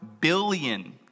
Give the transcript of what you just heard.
billion